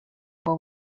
were